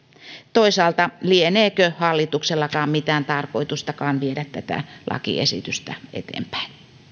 toisaalta lieneekö hallituksellakaan mitään tarkoitusta viedä tätä lakiesitystä eteenpäin